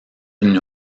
une